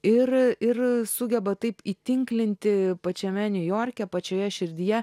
ir ir sugeba taip įtinklinti pačiame niujorke pačioje širdyje